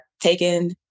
taken